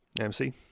MC